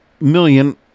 million